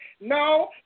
No